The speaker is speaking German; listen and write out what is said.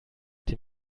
dem